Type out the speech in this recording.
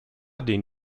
den